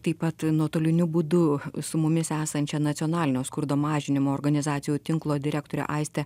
taip pat nuotoliniu būdu su mumis esančia nacionalinio skurdo mažinimo organizacijų tinklo direktorė aistė